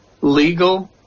legal